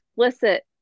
explicit